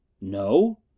No